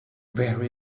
where